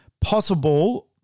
possible